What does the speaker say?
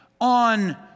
on